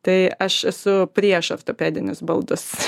tai aš esu prieš ortopedinius baldus